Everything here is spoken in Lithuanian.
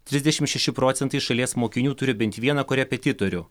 trisdešim šeši procentai šalies mokinių turi bent vieną korepetitorių